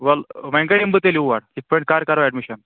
وَل وۄنۍ کَر یِم بہٕ تیٚلہِ اوٗرۍ یِتھ پٲٹھۍ کَر کَرو ایٚڈمِشَن